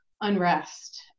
unrest